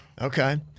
Okay